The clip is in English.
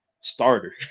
starter